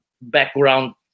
background